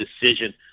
decision